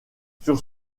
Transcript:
sur